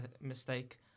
mistake